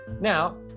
now